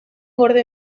gorde